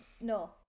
No